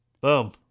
Boom